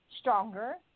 stronger